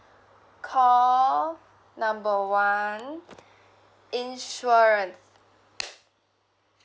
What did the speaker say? call number one insurance